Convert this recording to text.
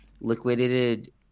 liquidated